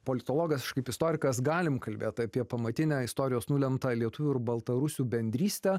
politologas aš kaip istorikas galim kalbėt apie pamatinę istorijos nulemtą lietuvių ir baltarusių bendrystę